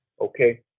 Okay